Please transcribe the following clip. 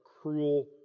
cruel